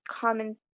common